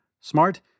smart